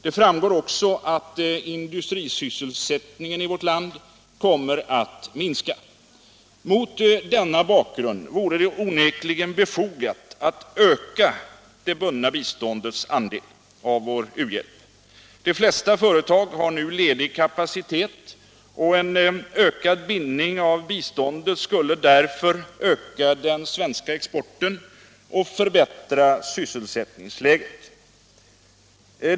Det framgår också att industrisysselsättningen i vårt land kommer att minska. Mot denna bakgrund vore det onekligen befogat att öka det bundna biståndets andel av vår u-hjälp. De flesta företag har nu ledig kapacitet, och en ökad bindning av biståndet skulle därför öka den svenska exporten och förbättra sysselsättningsläget.